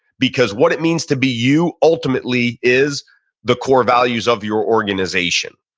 because what it means to be you ultimately is the core values of your organization.